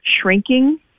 shrinking